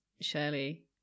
Shirley